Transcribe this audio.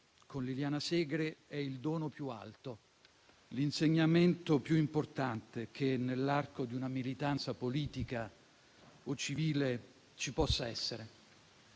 con Liliana Segre è il dono più alto, l'insegnamento più importante che, nell'arco di una militanza politica o civile, ci possa essere.